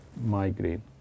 migraine